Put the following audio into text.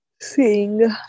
Sing